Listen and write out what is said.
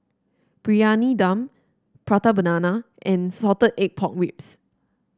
Briyani Dum Prata Banana and Salted Egg Pork Ribs